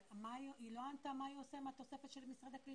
אבל היא לא ענתה מה היא עושה עם התוספת של משרד הקליטה.